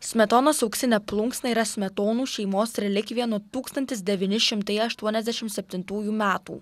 smetonos auksinė plunksna yra smetonų šeimos relikvija nuo tūkstantis devyni šimtai aštuoniasdešimt septintųjų metų